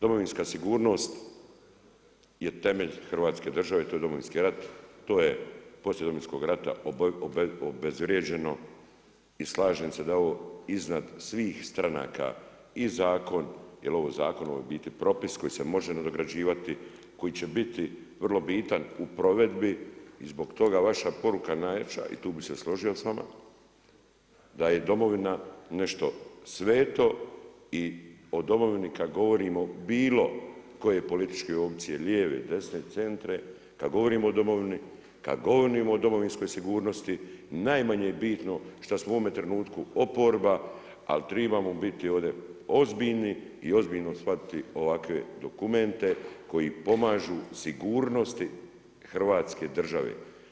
Domovinska sigurnost je temelj hrvatske države i to je Domovinski rat, to je poslije Domovinskog rata obezvrijeđeno i slažem se da je ovo iznad svih stranaka i zakon jer ovo je u biti propis koji se može nadograđivati, koji će biti vrlo bitan u provedbi i zbog toga vaša poruka najjača i tu bi se složio s vama, da je domovina nešto sveto i o domovini kad govorimo bilo koje političke opcije, lijeve, desne, centre, kad govorimo o domovini, kad govorimo o Domovinskoj sigurnosti, najmanje je bitno šta smo u ovom trenutku oporba, ali trebamo biti ovdje ozbiljni i ozbiljno shvatiti ovakve dokumente koji pomažu sigurnosti hrvatske države.